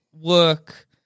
work